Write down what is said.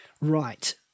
Right